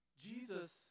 Jesus